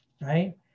right